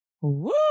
Woo